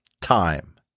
Time